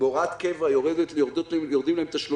בהוראת קבע יורדים להורים תשלומים